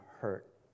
hurt